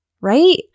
Right